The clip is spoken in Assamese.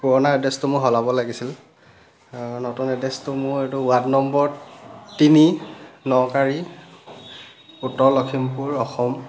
পুৰণা এড্ৰেছটো মোৰ সলাব লাগিছিল নতুন এড্ৰেছটো মোৰ এইটো ৱাৰ্ড নম্বৰ তিনি ন'কাৰী উত্তৰ লখিমপুৰ অসম